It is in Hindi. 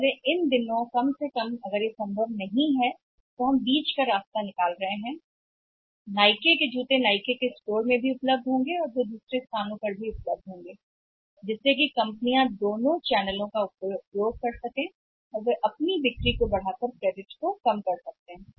इसलिए इन दिनों कम से कम अगर यह संभव नहीं है तो हम गिर रहे हैं बीच का रास्ता जिसमें नाइके के जूते हैं नाइके की दुकान पर भी उपलब्ध होंगे और वे उपलब्ध होंगे दूसरी जगह पर भी है ताकि दोनों कंपनियों द्वारा इस्तेमाल किया जा सके और अधिकतम हो सके यह बिक्री को अधिकतम कर सकता है और क्रेडिट को कम कर सकता है